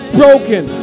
broken